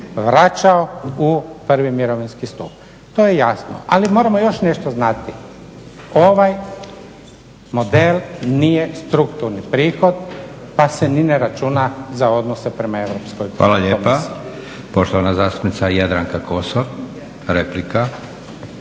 vraćao u prvi mirovinski stup. To je jasno. Ali moramo još nešto znati. Ovaj model nije strukturni prihod pa se ni ne računa za odnose prema Europskoj komisiji.